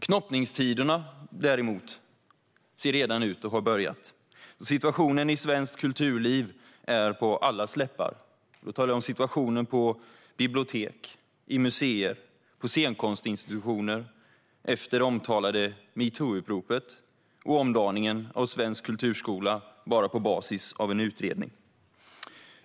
Knoppningstiderna ser däremot redan ut att ha börjat, då situationen i svenskt kulturliv är på allas läppar. Jag talar om situationen på bibliotek, i museer och på scenkonstinstitutioner efter det omtalade metoo-uppropet och omdaningen av svensk kulturskola bara på basis av en utredning.